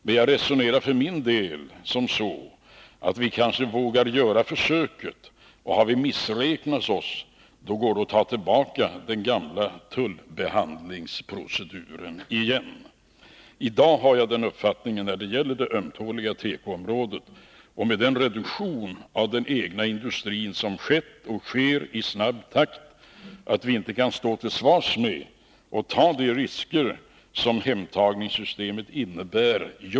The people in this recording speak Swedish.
Men jag resonerade som så att vi kanske vågar göra ett försök, och har vi missräknat oss så går det att ta tillbaka den gamla tullbehandlingsproceduren igen. I dag har jag den uppfattningen när det gäller det ömtåliga tekoområdet och med den reduktion av den egna industrin som skett, att vi inte kan stå till svars med att ta de risker som hemtagningssystemet innebär.